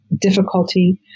difficulty